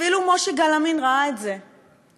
אפילו מושיק גלאמין ראה את זה וצילם,